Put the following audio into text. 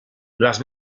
las